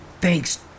Thanks